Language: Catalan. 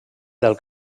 del